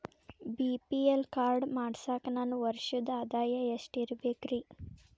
BPL card ಮಾಡ್ಸಾಕ ನನ್ನ ವರ್ಷದ್ ಆದಾಯ ಎಷ್ಟ ಇರಬೇಕ್ರಿ?